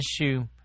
issue